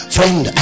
Friend